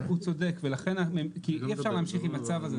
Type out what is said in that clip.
כי אי אפשר להמשיך עם הצו הזה,